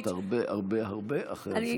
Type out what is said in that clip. השרה תמנו, את הרבה הרבה אחרי הזמן.